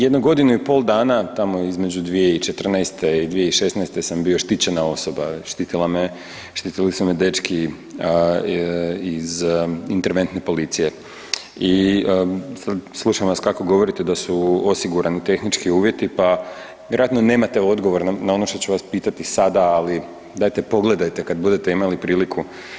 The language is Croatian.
Jedno godinu i pol dana tamo između 2014. i 2016. sam bio štićena osoba, štitili su me dečki iz interventne policije i slušam vas kako govorite da su osigurani tehnički uvjeti pa vjerojatno nemate odgovor na ono što ću vas pitati sada, ali, dajte pogledajte kada budete imali priliku.